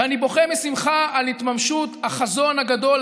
ואני בוכה משמחה על התממשות החזון הגדול,